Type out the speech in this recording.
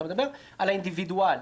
אתה מדבר על האינדיבידואל.